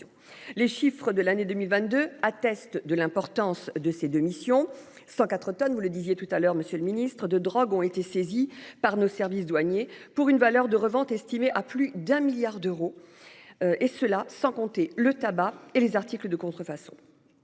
Les chiffres de l'année 2022, atteste de l'importance de ces deux missions 104 tonnes, vous le disiez tout à l'heure Monsieur le Ministre de drogue ont été saisies par nos services douaniers pour une valeur de revente estimée à plus d'un milliard d'euros. Et cela sans compter le tabac et les articles de contrefaçon.